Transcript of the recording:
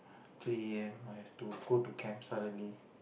three a_m I have to go to camp suddenly